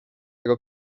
jego